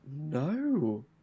No